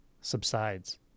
subsides